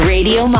Radio